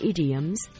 Idioms